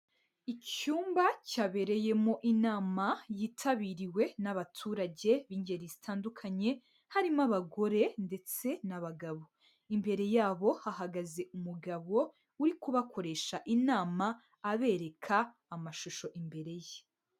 Icyumba cyabereyemo inama yitabiriwe n'abaturage b'ingeri zitandukanye, harimo abagore ndetse n'abagabo. Imbere yabo hahagaze umugabo uri kubakoresha inama abereka, amashusho imbere ye.